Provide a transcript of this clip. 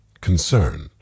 concern